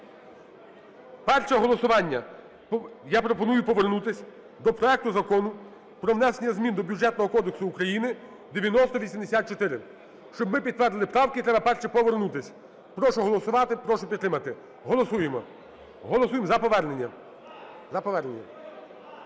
Перше голосування. Я пропоную повернутись до проекту Закону про внесення змін до Бюджетного кодексу України (9084). Щоб ми підтвердили правки треба, перше, повернутись. Прошу голосувати. Прошу підтримати. Голосуємо. Голосуємо за повернення.